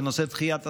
בנושא דחיית התשלומים,